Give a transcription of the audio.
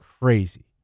crazy